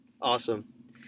Awesome